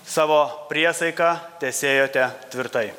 savo priesaiką tesėjote tvirtai